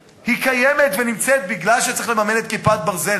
קיימת ונמצאת בגלל שצריך לממן את "כיפת ברזל".